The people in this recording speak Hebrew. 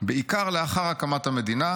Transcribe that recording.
בעיקר לאחר הקמת המדינה,